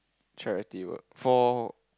charity work for